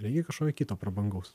reikia kažko kito prabangaus